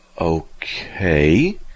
Okay